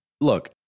look